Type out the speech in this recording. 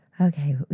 okay